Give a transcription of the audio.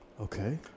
Okay